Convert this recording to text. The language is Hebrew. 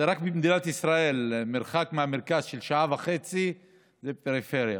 רק במדינת ישראל מרחק מהמרכז של שעה וחצי זה פריפריה.